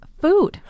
Food